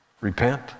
repent